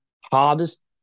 hardest